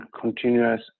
continuous